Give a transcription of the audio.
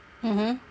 mmhmm